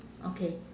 okay